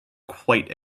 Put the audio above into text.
quite